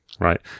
Right